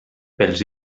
pels